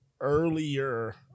earlier